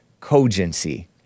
cogency